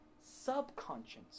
subconscious